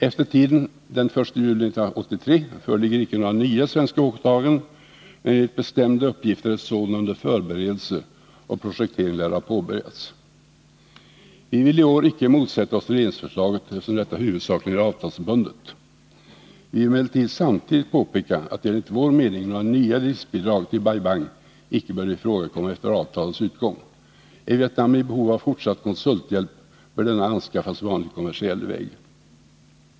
Efter den 1 juli 1983 föreligger icke några nya svenska åtaganden, men enligt bestämda uppgifter är sådana under förberedelse, och projektering lär ha påbörjats. Vi vill i år icke motsätta oss regeringsförslaget, eftersom detta huvudsakligen är avtalsbundet. Vi vill emellertid samtidigt påpeka att enligt vår mening några nya driftbidrag till Bai Bang icke bör ifrågakomma efter avtalets utgång. Är Vietnam i behov av fortsatt konsulthjälp, bör denna kunna anskaffas på vanlig kommersiell väg.